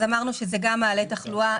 אמרנו שזה גם מעלה תחלואה.